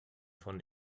von